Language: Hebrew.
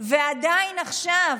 ועדיין עכשיו